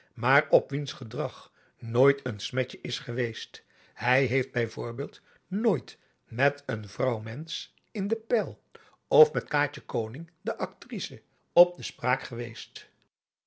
maar op wiens gedrag nooit een smetje is geweest hij heeft bij voorbeeld nooit met een vrouwmensch in den pyl of met kaatje koning de actrice op de spraak geweest